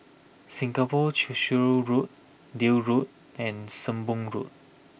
Singapore Cheshire Road Deal Road and Sembong Road